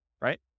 right